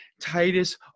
Titus